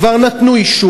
כבר נתנו אישור.